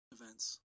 events